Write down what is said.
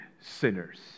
sinners